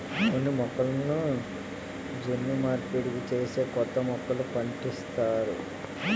కొన్ని మొక్కలను జన్యు మార్పిడి చేసి కొత్త మొక్కలు పుట్టిస్తారు